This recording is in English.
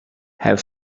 have